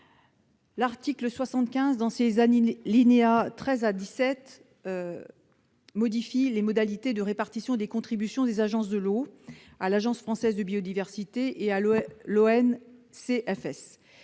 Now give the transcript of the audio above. L'article 75, en ses alinéas 13 à 17, modifie les modalités de répartition des contributions des agences de l'eau à l'Agence française pour la biodiversité et à l'ONCFS.